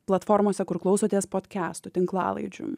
platformose kur klausotės podkestų tinklalaidžių